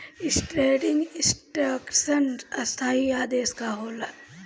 Standing instruction स्थाई आदेश का होला?